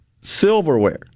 silverware